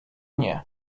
nie